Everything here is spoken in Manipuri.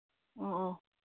ꯑꯣ ꯑꯣ